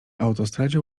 autostradzie